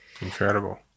Incredible